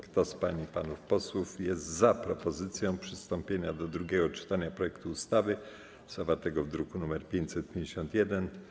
Kto z pań i panów posłów jest za propozycją przystąpienia do drugiego czytania projektu ustawy zawartego w druku nr 551?